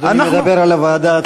אדוני מדבר על הוועדה הציבורית.